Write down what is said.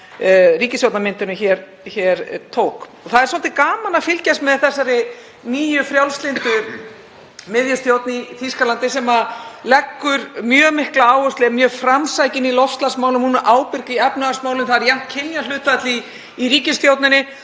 ríkisstjórnarmyndunin hér tók. Það er svolítið gaman að fylgjast með þessari nýju frjálslyndu miðjustjórn í Þýskalandi sem leggur mjög mikla áherslu á og er mjög framsækin í loftslagsmálum. Hún er ábyrg í efnahagsmálum. Það er jafnt kynjahlutfall í ríkisstjórninni.